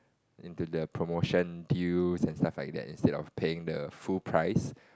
into the promotion deals and stuff like that instead of paying the full price